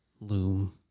loom